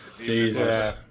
Jesus